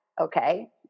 okay